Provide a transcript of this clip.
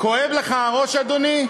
כואב לך הראש, אדוני?